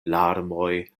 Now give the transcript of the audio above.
larmoj